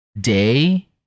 day